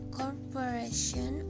corporation